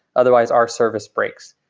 otherwise our service breaks.